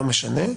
לא משנה,